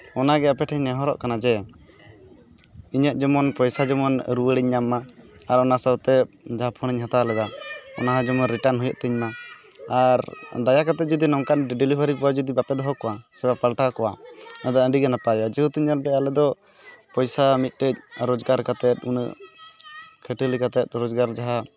ᱚᱱᱟ ᱜᱮ ᱟᱯᱮ ᱴᱷᱮᱱ ᱤᱧ ᱱᱮᱦᱚᱨᱚᱜ ᱠᱟᱱᱟ ᱡᱮ ᱤᱧᱟᱹᱜ ᱡᱮᱢᱚᱱ ᱯᱚᱭᱥᱟ ᱡᱮᱢᱚᱱ ᱨᱩᱣᱟᱹᱲᱤᱧ ᱧᱟᱢ ᱢᱟ ᱟᱨ ᱚᱱᱟ ᱥᱟᱶᱛᱮ ᱡᱟᱦᱟᱸ ᱯᱷᱳᱱᱤᱧ ᱦᱟᱛᱟᱣ ᱞᱮᱫᱟ ᱚᱱᱟ ᱦᱚᱸ ᱡᱮᱢᱚᱱ ᱨᱤᱴᱟᱱ ᱦᱩᱭᱩᱜ ᱛᱤᱧ ᱢᱟ ᱟᱨ ᱫᱟᱭᱟ ᱠᱟᱛᱮ ᱡᱩᱫᱤ ᱱᱚᱝᱠᱟᱱ ᱰᱮᱞᱤᱵᱷᱟᱨᱤ ᱵᱚᱭ ᱡᱩᱫᱤ ᱵᱟᱯᱮ ᱫᱚᱦᱚ ᱠᱚᱣᱟ ᱥᱮᱯᱮ ᱯᱟᱞᱴᱟᱣ ᱠᱚᱣᱟ ᱚᱱᱟ ᱫᱚ ᱟᱹᱰᱤ ᱜᱮ ᱱᱟᱯᱟᱭᱚᱜᱼᱟ ᱡᱮᱦᱮᱛᱩ ᱧᱮᱞ ᱯᱮ ᱟᱞᱮ ᱫᱚ ᱯᱚᱭᱥᱟ ᱢᱤᱫᱴᱮᱱ ᱨᱳᱡᱽᱜᱟᱨ ᱠᱟᱛᱮ ᱩᱱᱟᱹᱜ ᱠᱷᱟᱹᱴᱟᱹᱞᱤ ᱠᱟᱛᱮ ᱨᱚᱡᱽᱜᱟᱨ ᱡᱟᱦᱟᱸ